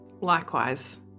likewise